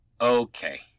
Okay